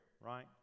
right